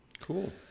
Cool